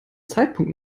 zeitpunkt